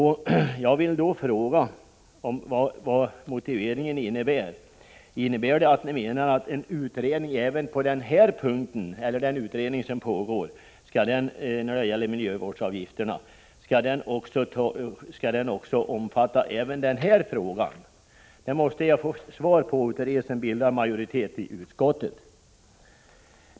Jag vill därför fråga vad motiveringen innebär. Menar ni att det behövs en utredning också på den här punkten eller att den utredning som pågår när det gäller miljövårdsavgifterna skall omfatta även den här frågan? Det måste jag få svar på av er som bildar majoritet i utskottet.